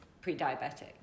pre-diabetic